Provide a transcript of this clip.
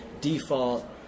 default